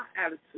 attitude